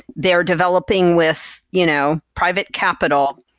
they are developing with you know private capital.